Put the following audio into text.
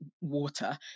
water